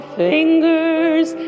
fingers